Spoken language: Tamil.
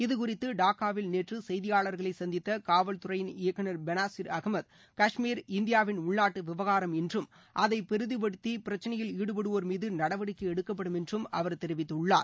இதுகுறித்து டாக்காவில் நேற்று செய்தியாளா்களை சந்தித்த காவல்துறையின் இயக்குநர் பெனாசீர் அகமத் காஷ்மீர் இந்தியாவின் உள்நாட்டு விவகாரம் என்றும் அதை பெரிதுபடுத்திப் பிரச்சனையில் ஈடுபடுவோர் மீது நடவடிக்கை எடுக்கப்படும் என்று அவர் தெரிவித்துள்ளார்